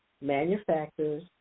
manufacturers